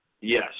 Yes